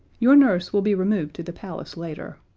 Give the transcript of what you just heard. your nurse will be removed to the palace later.